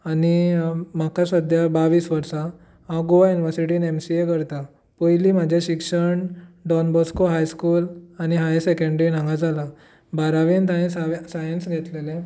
आनी म्हाका सद्या बावीस वर्सां हांव गोवा युन्हिवर्सीटीन एम सी ए करतां पयलीं म्हजें शिक्षण डाॅन बास्को हाय स्कूल आनी हायर सेकेंड्रीन हांगा जालां बारावेंत हांवें साय सायन्स घेतलेलें